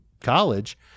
college